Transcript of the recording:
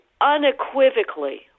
unequivocally